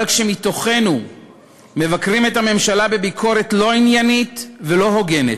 אבל כשמתוכנו מבקרים את הממשלה בביקורת לא עניינית ולא הוגנת,